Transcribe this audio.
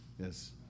Yes